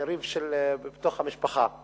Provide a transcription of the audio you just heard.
ריב בתוך המשפחה,